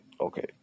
okay